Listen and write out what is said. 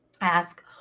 Ask